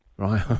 Right